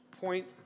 Point